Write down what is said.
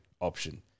option